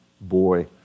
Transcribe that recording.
boy